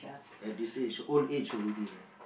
at this age old age already lah